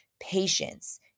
patience